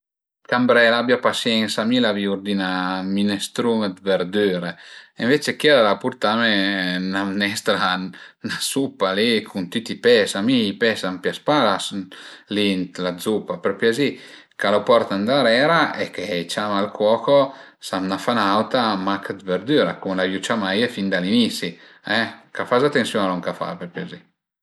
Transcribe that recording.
Cambré l'abia pasiensa mi l'aviu urdinà 'na minestrun d'verdüre e ënvece chiel al a purtame 'na mnestra, 'na supa li cun tüti i pes, mi ël pes a m'pias pa li ën la zuppa, për piazì ca lu porta ëndarera e che i ciama al cuoco se a m'ën fa ün'auta mach d'verdüra cum l'avìu ciamaie fin da l'inisi e ch'a faza atensiuna lon ch'a fa për piazì